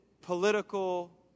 political